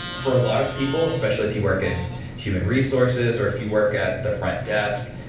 for a lot of people, especially if you work in human resources, or if you work at the front desk,